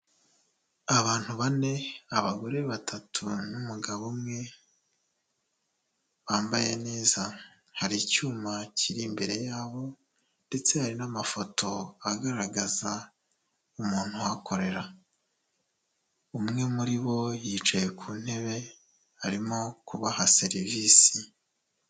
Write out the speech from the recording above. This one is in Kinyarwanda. Abantu bane abagore batatu n'umugabo umwe bambaye neza, hari icyuma kiri imbere y'abo ndetse hari n'amafoto agaragaza umuntu uhakorera. Umwe muri bo yicaye ku ntebe arimo kubaha serivisi.